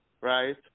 right